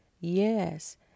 Yes